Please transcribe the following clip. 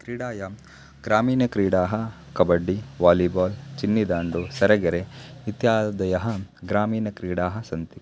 क्रीडायां ग्रामीणक्रीडाः कबड्डि वालिबाल् चिन्निदाण्डु सरेगेरे इत्यादयः ग्रमीणक्रीडाः सन्ति